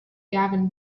gavin